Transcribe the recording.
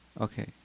Okay